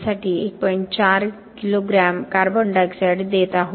4 kilogram CO2 देत आहोत